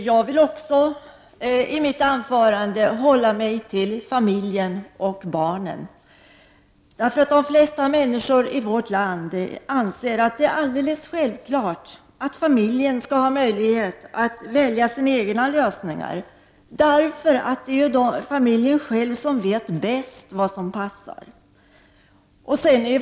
Herr talman! Också jag avser att i mitt anförande hålla mig till familjen och barnen. De flesta människor i vårt land anser att det är självklart att familjerna skall ha möjlighet att välja sina egna lösningar, eftersom de vet bäst vad som passar dem.